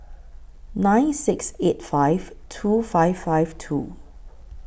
nine six eight five two five five two